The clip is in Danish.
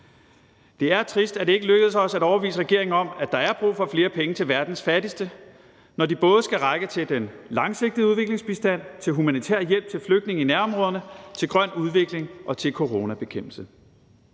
Det er trist, at det ikke lykkedes os at overbevise regeringen om, at der er brug for flere penge til verdens fattigste, når de både skal række til den langsigtede udviklingsbistand, til humanitær hjælp til flygtninge i nærområderne, til grøn udvikling og til coronabekæmpelse.